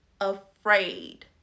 afraid